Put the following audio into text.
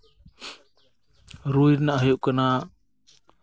ᱨᱩᱭ ᱨᱮᱱᱟᱜ ᱦᱩᱭᱩᱜ ᱠᱟᱱᱟ